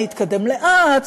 אני אתקדם לאט,